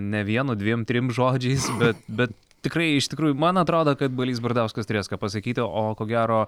ne vienu dviem trim žodžiais bet bet tikrai iš tikrųjų man atrodo kad balys bardauskas turės ką pasakyti o ko gero